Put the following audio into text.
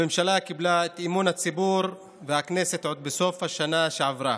הממשלה קיבלה את אמון הציבור והכנסת עוד בסוף השנה שעברה.